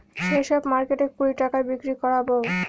সেই সব মার্কেটে কুড়ি টাকায় বিক্রি করাবো